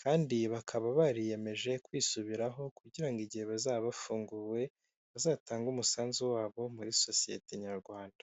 kandi bakaba bariyeyemeje kwisubiraho kugira ngo igihe bazaba bafunguwe bazatange umusanzu wabo muri sosiyete nyarwanda.